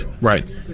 Right